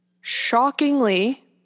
Shockingly